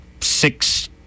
six